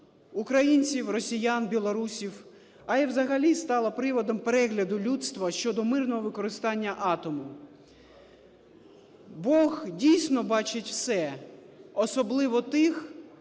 українців, росіян, білорусів, а і взагалі стало приводом перегляду людства щодо мирного використання атому. Бог дійсно бачить все, особливо тих,